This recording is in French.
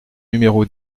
numéro